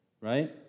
right